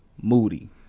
Moody